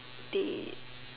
they